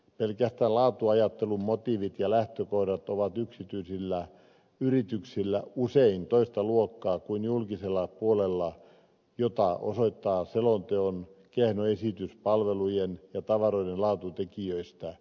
pelkästään laatuajattelun motiivit ja lähtökohdat ovat yksityisillä yrityksillä usein toista luokkaa kuin julkisella puolella mitä osoittaa selonteon kehno esitys palvelujen ja tavaroiden laatutekijöistä